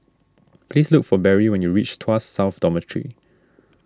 please look for Barry when you reach Tuas South Dormitory